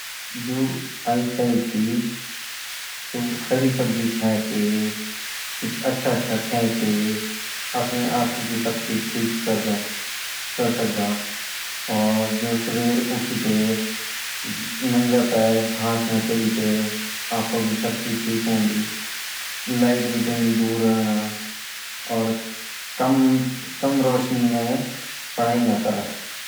जु ेएसइट ची सु हरीसब्जी खेते कुछ अच्छा अच्छा खेतेअपना आँखों की शक्ति ठीक करदा क्र्स्कद्या और जो सुभे उठीते नंगे पैर घास माँ चलीते आँखों की शक्ति ठीक होंदी लाइट बीतीं दुर्र रहना और काम रौशनी मई पढ़ाई न कोरा